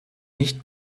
nicht